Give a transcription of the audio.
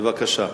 בבקשה.